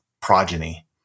progeny